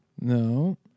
No